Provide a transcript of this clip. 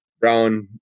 brown